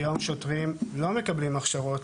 היום שוטרים לא מקבלים הכשרות,